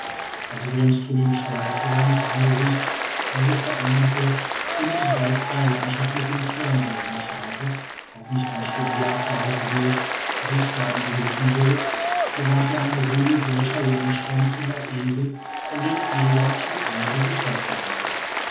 als wonström im schweiße seines angesichts diese veränderte ziemlich waldfreie landschaft mit dem fernrohr überschaute ob nicht ein stück jagdbares wild sich seinen blicken bot gewahrte er ein rudel solcher langschwänziger esel von denen eduard schon einige geschossen hatte